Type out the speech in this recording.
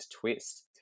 twist